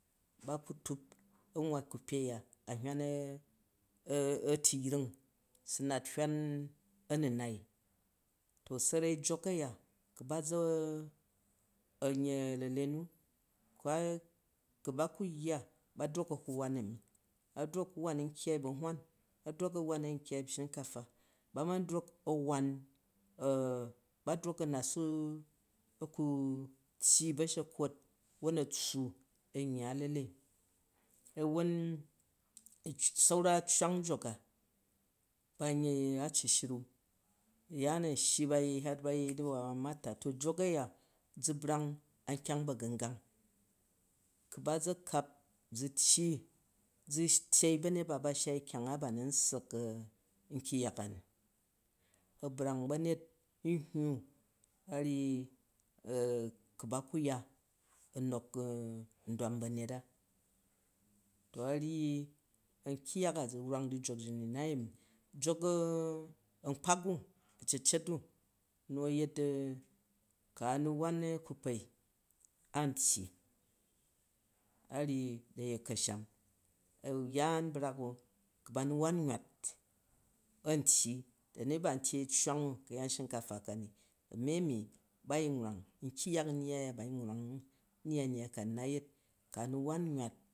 Ba hu tup a n wwwa uu kpei a a̱n hywan atuyring sa nat hywan a̱nunai, to janai jok a̱ya u ba ʒa a̱nyyi alele nu uu a, un ba ku yya ba drok a un won a̱mi ba drok a ku wan a̱n kyyaii bu ahwan ba rok a won an kyyi bu shunkajba mam drok a won, ba drok a na su, a ku tyyi u ba̱shekhwot won a fssu an yya alele, won swa accwong yoka a ban yei acishuru ayyan an shyi han bayei di wawan mata, to jok aya ʒu brang an kyang bagangang, uu ba ʒa kap ʒu tyyi ʒu tyei banyet ba ba shai kyang a ba ma n ssak nkyang yak a ni, a brang banyet nhyun, uu ba ku ya a nok ndwam banyet a, to a ryyi, to nkyang yak a ʒu wrang di jok ji m u nayemi jok ankpak u, acecet u nu a yet, uu a nu wan upakpai an tyyi a yyu na yet kanham, ayaan brak o, ku ba nu wom nywat an tyyi dani di ban tyyei acecwong u kayaten hnunkafa kam a mi ami bayin wrang nkyang yak nnyai a ban yin wrang nyi nanyai ka ni nayet, uu a mu wan nywat